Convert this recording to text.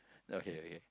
okay okay